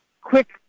quick